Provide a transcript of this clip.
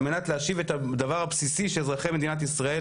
על מנת להשיב את הדבר הבסיסי שאזרחי מדינת ישראל